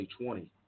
2020